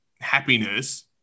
happiness